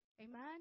Amen